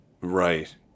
Right